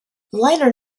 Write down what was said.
liner